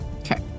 Okay